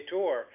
Tour